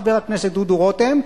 חבר הכנסת דודו רותם,